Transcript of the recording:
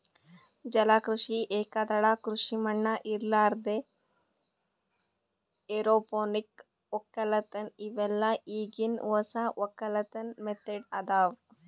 ಜಲ ಕೃಷಿ, ಏಕದಳ ಕೃಷಿ ಮಣ್ಣ ಇರಲಾರ್ದೆ ಎರೋಪೋನಿಕ್ ವಕ್ಕಲತನ್ ಇವೆಲ್ಲ ಈಗಿನ್ ಹೊಸ ವಕ್ಕಲತನ್ ಮೆಥಡ್ ಅದಾವ್